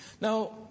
Now